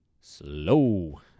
slow